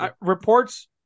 reports